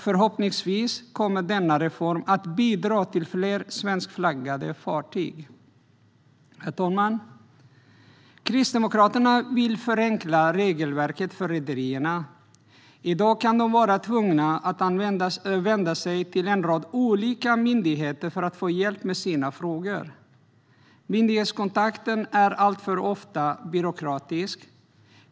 Förhoppningsvis kommer denna reform att bidra till fler svenskflaggade fartyg. Herr talman! Kristdemokraterna vill förenkla regelverket för rederierna. I dag kan de vara tvungna att vända sig till en rad olika myndigheter för att få hjälp med sina frågor. Myndighetskontakten är alltför ofta byråkratisk.